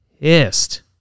pissed